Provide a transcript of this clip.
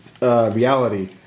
reality